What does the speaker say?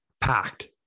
packed